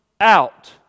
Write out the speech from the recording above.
out